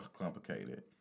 complicated